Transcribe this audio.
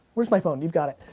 where's my phone? you've got it.